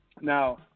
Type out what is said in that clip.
Now